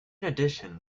addition